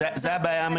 זו הבעיה המרכזית.